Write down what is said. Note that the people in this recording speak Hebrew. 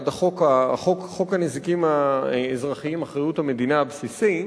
עד חוק הנזיקים האזרחיים (אחריות המדינה) הבסיסי,